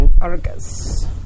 Argus